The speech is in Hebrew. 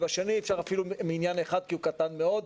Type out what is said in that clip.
ובשני אי אפשר אפילו מניין אחד כי הוא קטן מאוד.